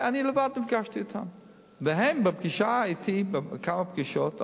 היתה הזנחה במשרד הבריאות,